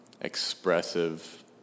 expressive